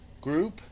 group